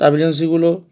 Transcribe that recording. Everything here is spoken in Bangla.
ট্রাভেল এজেন্সিগুলো